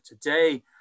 today